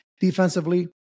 Defensively